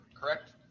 correct